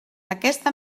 aquesta